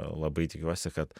labai tikiuosi kad